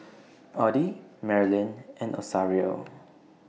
Oddie Merilyn and Rosario